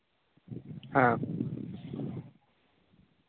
ᱦᱮᱸ